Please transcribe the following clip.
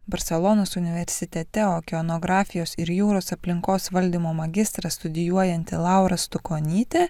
barselonos universitete okeanografijos ir jūros aplinkos valdymo magistrą studijuojanti laura stukonytė